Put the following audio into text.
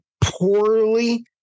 poorly